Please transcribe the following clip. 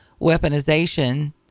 weaponization